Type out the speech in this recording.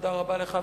תודה רבה לך,